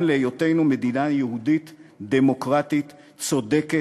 להיותנו מדינה יהודית דמוקרטית צודקת,